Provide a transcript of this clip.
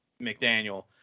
McDaniel